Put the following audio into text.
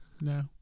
No